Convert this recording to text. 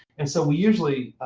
and so we usually